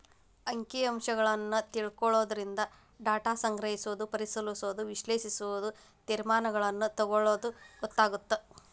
ಅಂಕಿ ಅಂಶಗಳನ್ನ ತಿಳ್ಕೊಳ್ಳೊದರಿಂದ ಡಾಟಾ ಸಂಗ್ರಹಿಸೋದು ಪರಿಶಿಲಿಸೋದ ವಿಶ್ಲೇಷಿಸೋದು ತೇರ್ಮಾನಗಳನ್ನ ತೆಗೊಳ್ಳೋದು ಗೊತ್ತಾಗತ್ತ